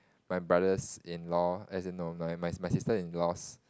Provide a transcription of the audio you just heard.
my brother's in law as in no my my sister in laws